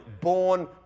Born